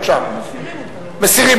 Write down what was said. עכשיו אנחנו צריכים לעבור לעמוד 101. אנחנו